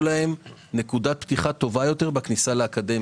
להם נקודת פתיחה טובה יותר בכניסה לאקדמיה.